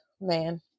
man